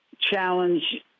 challenge